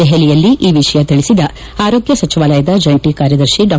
ದೆಹಲಿಯಲ್ಲಿ ಈ ವಿಷಯ ತಿಳಿಸಿದ ಆರೋಗ್ಯ ಸಚಿವಾಲಯದ ಜಂಟಿ ಕಾರ್ಯದರ್ಶಿ ಡಾ